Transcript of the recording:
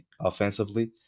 offensively